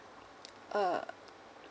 uh